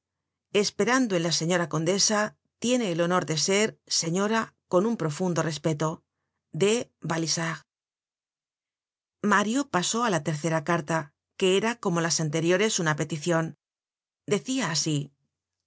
esperando en la señora condesa tiene el honor de ser señora con un profundo respeto de bauzard mario pasó á la tercera carta que era como las anteriores una peticion decia asi